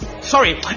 sorry